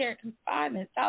confinement